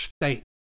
state